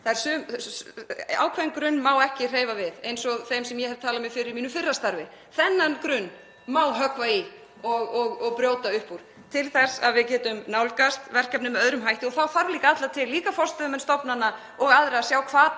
Við ákveðnum grunni má ekki hreyfa eins og þeim sem ég hef talað fyrir í mínu fyrra starfi. Þennan grunn má höggva í og brjóta upp úr til þess að við getum nálgast verkefnið með öðrum hætti og þá þarf líka alla til, líka forstöðumenn stofnana og aðra, að sjá hvata